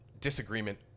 disagreement